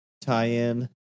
tie-in